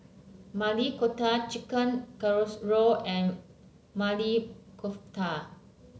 Maili Kofta Chicken Casserole and Maili Kofta